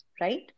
Right